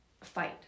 fight